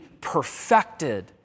perfected